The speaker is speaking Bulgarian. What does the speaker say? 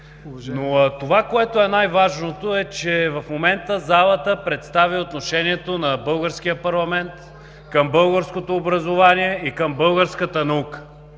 си. Това, което е най-важното, е, че в момента залата представя отношението на българския парламент към българското образование и към българската наука.